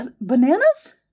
Bananas